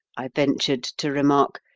i ventured to remark,